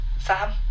Sam